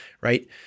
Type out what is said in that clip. right